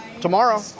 tomorrow